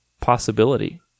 possibility